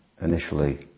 initially